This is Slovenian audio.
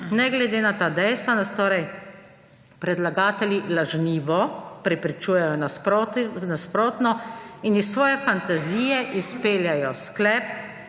Ne glede na ta dejstva nas torej predlagatelji lažnivo prepričujejo v nasprotno in iz svoje fantazije izpeljejo sklep,